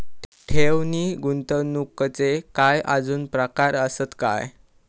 ठेव नी गुंतवणूकचे काय आजुन प्रकार आसत काय?